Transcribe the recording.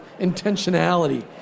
intentionality